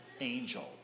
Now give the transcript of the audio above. angel